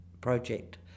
project